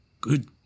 Good